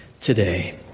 today